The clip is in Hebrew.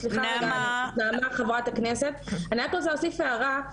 אני רק רוצה להוסיף הערה: